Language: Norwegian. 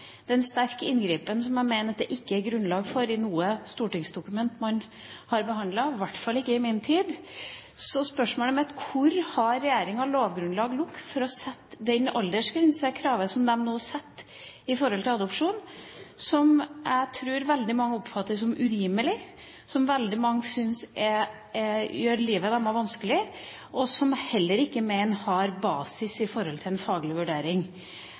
den nå setter i forhold til adopsjon, som jeg tror veldig mange oppfatter som urimelig, og som veldig mange syns gjør livet deres vanskelig, og som jeg heller ikke mener har basis i forhold til en faglig vurdering?